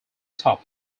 top